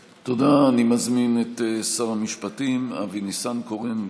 תודה, אני מזמין את שר המשפטים אבי ניסנקורן.